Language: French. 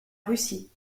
russie